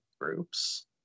groups